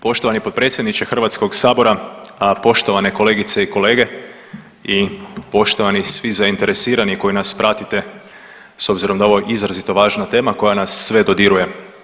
Poštovani potpredsjedniče HS-a, poštovane kolegice i kolege i poštovani svi zainteresirani koji nas pratite s obzirom da je ovo izrazito važna tema koja nas sve dodiruje.